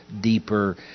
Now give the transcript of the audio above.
deeper